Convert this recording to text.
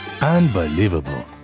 Unbelievable